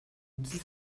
үзэл